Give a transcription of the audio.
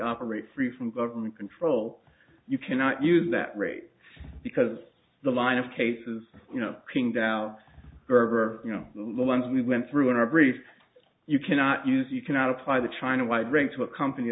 operate free from government control you cannot use that rate because the line of cases you know king down burger you know the lunch we went through in our brief you cannot use you cannot apply the china white rag to a company